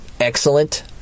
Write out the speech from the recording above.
excellent